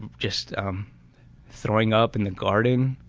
just throwing up in the garden.